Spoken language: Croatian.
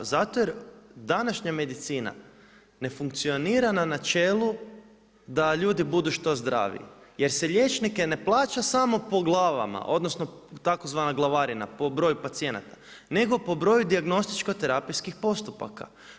Zato jer današnja medicina ne funkcionira na načelu da ljudi budu što zdraviji jer se liječnike ne plaća samo po glavama odnosno tzv. glavarina, po broju pacijenata, nego po broju dijagnostičko-terapijskih postupaka.